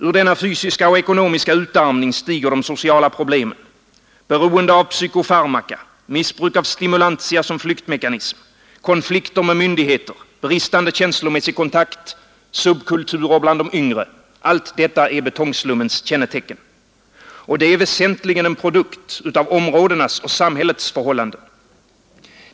Ur denna fysiska och ekonomiska utarmning stiger de sociala problemen. Beroendet av psykofarmaka, missbruk av stimulantia som flyktmekanism, konflikter med myndigheter, bristande känslomässig kontakt, subkulturer bland de yngre — allt detta är betongslummens kännetecken. Och detta är väsentligen en produkt av områdenas och samhällets förhållanden.